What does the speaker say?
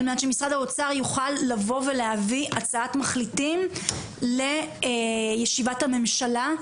על מנת שמשרד האוצר יוכל לבוא ולהביא הצעת מחליטים לישיבת הממשלה.